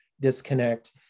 disconnect